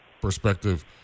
perspective